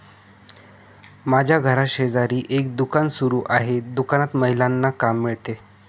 माझ्या घराशेजारी एक दुकान सुरू आहे दुकानात महिलांना काम मिळते